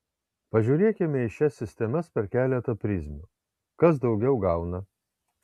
pažiūrėkime į šias sistemas per keletą prizmių kas daugiau gauna